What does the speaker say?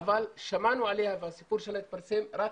אבל שמענו עליה והסיפור שלה התפרסם רק